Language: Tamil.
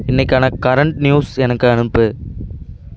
இன்றைக்கான கரண்ட் நியூஸ் எனக்கு அனுப்பு